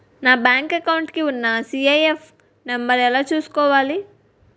నా bank account కి ఉన్న సి.ఐ.ఎఫ్ నంబర్ ఎలా చూసుకోవాలి?